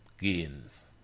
gains